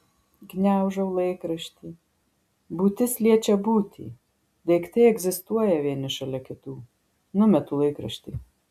gniaužau laikraštį būtis liečia būtį daiktai egzistuoja vieni šalia kitų numetu laikraštį